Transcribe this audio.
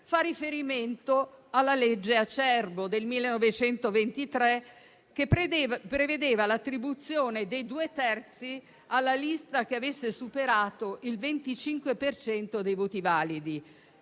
fa riferimento alla legge Acerbo del 1923, che prevedeva l'attribuzione dei due terzi alla lista che avesse superato il 25 per cento dei voti validi.